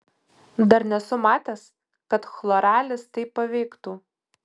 dar nesu matęs kad chloralis taip paveiktų